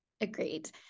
Agreed